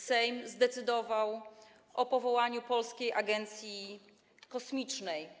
Sejm zdecydował o powołaniu do życia Polskiej Agencji Kosmicznej.